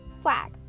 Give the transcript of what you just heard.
flag